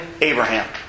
Abraham